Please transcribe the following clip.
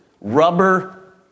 Rubber